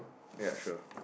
ya sure